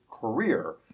career